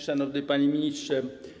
Szanowny Panie Ministrze!